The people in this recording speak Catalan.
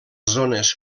zones